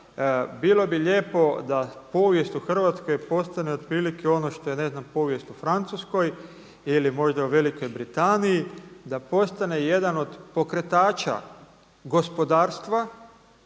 Bilo bi lijepo da povijest u Hrvatskoj postane otprilike ono što je ne znam povijest u Francuskoj ili možda u Velikoj Britaniji, da postane jedan od pokretača gospodarstva,